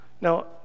Now